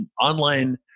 online